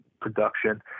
production